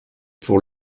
pour